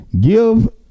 Give